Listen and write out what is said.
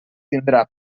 tindrà